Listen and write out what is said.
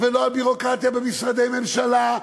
ולא על ביורוקרטיה במשרדי ממשלה,